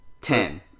Ten